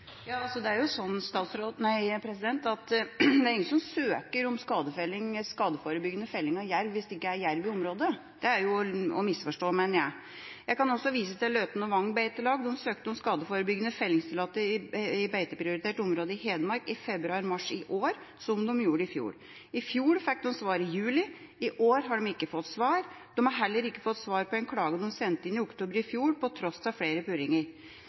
det er jo ingen som søker om skadeforebyggende felling av jerv hvis det ikke er jerv i området. Det er å misforstå, mener jeg. Jeg kan også vise til Løten og Vang Beitelag. De søkte om skadeforebyggende fellingstillatelse i beiteprioritert område i Hedmark i februar/mars i år – som de gjorde i fjor. I fjor fikk de svar i juli. I år har de ikke fått svar. De har heller ikke fått svar på en klage de sendte inn i oktober i fjor, til tross for flere purringer.